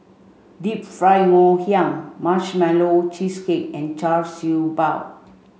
Deep Fried Ngoh Hiang Marshmallow Cheesecake and Char Siew Bao